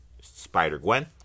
Spider-Gwen